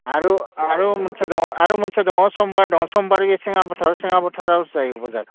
आरो मोनसे दङ आरो मोनसे दङ समबार दङ समबाराव सेङापथार सेङापथाराव जायो बाजार